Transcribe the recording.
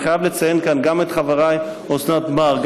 אני חייב לציין כאן גם את חבריי אוסנת מארק,